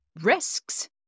risks